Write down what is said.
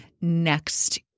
next